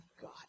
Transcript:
God